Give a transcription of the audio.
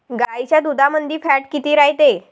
गाईच्या दुधामंदी फॅट किती रायते?